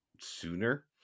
sooner